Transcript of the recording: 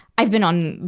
i've been on,